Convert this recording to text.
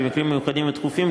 במקרים מיוחדים ודחופים,